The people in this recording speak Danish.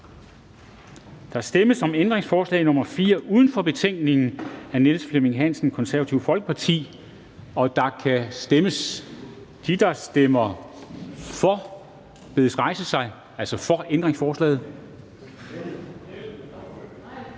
Der stemmes om ændringsforslag nr. 4 uden for betænkningen af Niels Flemming Hansen (KF), og der kan stemmes. De, der stemmer for ændringsforslaget,